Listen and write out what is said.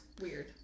Weird